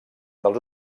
dels